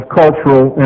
cultural